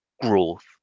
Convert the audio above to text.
growth